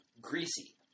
greasy